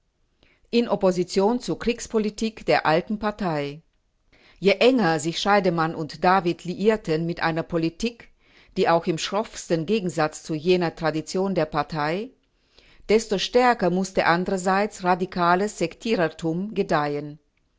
in opposition zu kriegspolitik der alten partei je enger sich scheidemann u david liierten mit einer politik die auch in schroffstem gegensatz zu jeder tradition der partei desto stärker mußte andererseits radikales sektierertum gedeihen